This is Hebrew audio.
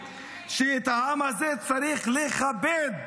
שאת העם הזה צריך לכבד.